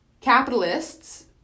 capitalists